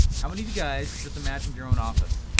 how many of you guys just imagined your own office?